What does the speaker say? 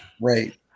right